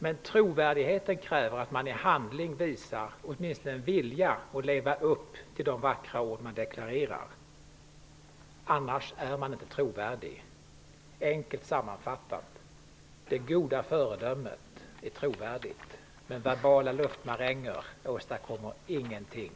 Men trovärdigheten kräver att man i handling åtminstone visar en vilja att leva upp till de vackra ord man deklarerar. I annat fall är man inte trovärdig. Enkelt sammanfattat: Det goda föredömet är trovärdigt men verbala luftmaränger åstadkommer ingenting.